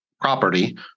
property